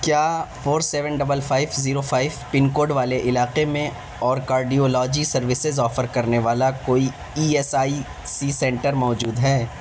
کیا four seven double five zero five pin code والے علاقے میں اور کارڈیالوجی سروسز آفر کرنے والا کوئی E S I C centre موجود ہے